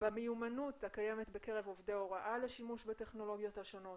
המיומנות הקיימת בקרב עובדי הוראה לשימוש בטכנולוגיות השונות?